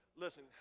listen